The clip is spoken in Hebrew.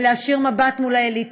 בלהישיר מבט מול אליטה,